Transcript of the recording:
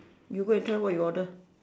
you go and try what you order